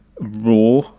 raw